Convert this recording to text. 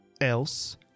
else